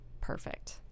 perfect